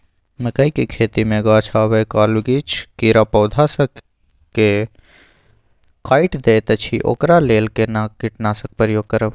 मकई के खेती मे गाछ आबै काल किछ कीरा पौधा स के काइट दैत अछि ओकरा लेल केना कीटनासक प्रयोग करब?